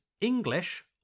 English